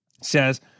Says